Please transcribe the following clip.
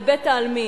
לבית-העלמין,